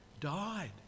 died